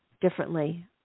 differently